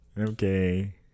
Okay